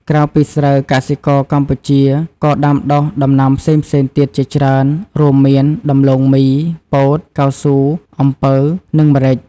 ក្រៅពីស្រូវ កសិករកម្ពុជាក៏ដាំដុះដំណាំផ្សេងៗទៀតជាច្រើន រួមមាន ដំឡូងមី ពោត កៅស៊ូ អំពៅ និងម្រេច។